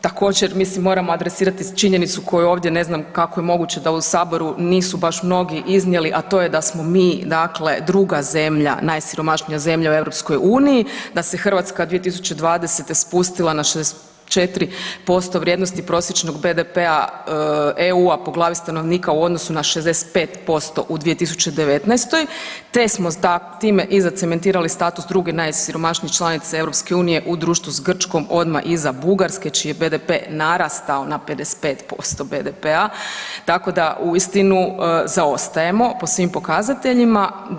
Također mislim moramo adresirati činjenicu koju ovdje ne znam kako je moguće da u Saboru nisu baš mnogi iznijeli, a to je da smo mi druga zemlja najsiromašnija zemlja u EU, da se Hrvatska 2020. spustila na 64% vrijednosti prosječnog BDP-a EU-a po glavi stanovnika u odnosu na 65% u 2019. te smo time i zacementirali status druge najsiromašnije članice EU u društvu s Grčkom odmah iza Bugarske čiji je BDP narastao na 55% BDP-a, tako da uistinu zaostajemo po svim pokazateljima.